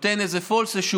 זה נותן איזה false insurance,